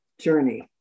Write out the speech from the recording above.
journey